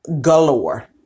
galore